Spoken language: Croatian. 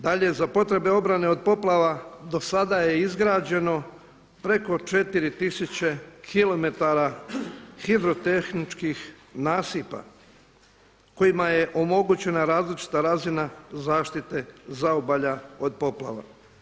Dalje, za potrebe obrane od poplava dosada je izgrađeno preko 4 tisuće kilometara hidrotehničkih nasipa kojima je omogućena različita razina zaštite zaobalja od poplava.